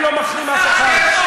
אני לא מחרים אף אחד.